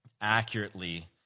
accurately